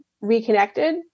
reconnected